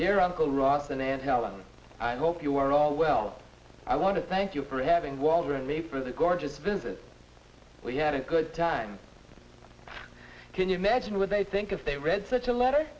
helen i hope you are all well i want to thank you for having waldron me for the gorgeous visit we had a good time can you imagine what they think if they read such a letter